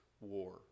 war